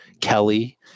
Kelly